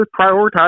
prioritize